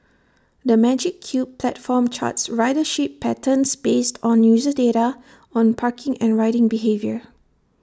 the magic Cube platform charts ridership patterns based on user data on parking and riding behaviour